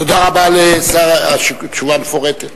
תודה רבה לשר השיכון על התשובה המפורטת.